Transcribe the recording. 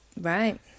Right